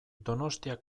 donostia